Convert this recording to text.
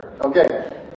Okay